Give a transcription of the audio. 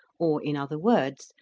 or in other words,